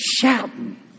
shouting